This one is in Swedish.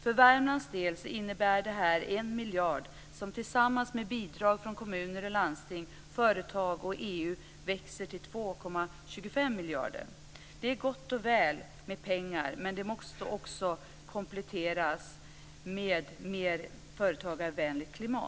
För Värmlands del innebär det 1 miljard som tillsammans med bidrag från kommuner och landsting, företag och EU växer till 2,25 miljarder. Det är gott och väl med pengar, men det måste också kompletteras med mer företagarvänligt klimat.